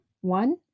One